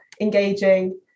engaging